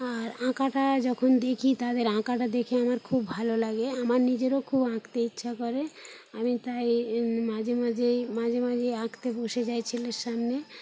আর আঁকাটা যখন দেখি তাদের আঁকাটা দেখে আমার খুব ভালো লাগে আমার নিজেরও খুব আঁকতে ইচ্ছা করে আমি তাই মাঝে মাঝেই মাঝে মাঝেই আঁকতে বসে যাই ছেলের সামনে